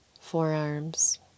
forearms